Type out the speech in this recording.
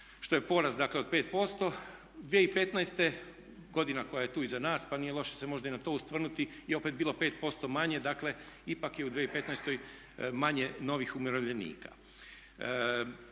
što je porast dakle od 5%. 2015., godina koja je tu iza nas pa nije loše se možda i na to osvrnuti je opet bilo 5% manje. Dakle, ipak je u 2015. manje novih umirovljenika.